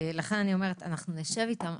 לכן אני אומרת: אנחנו נשב איתם,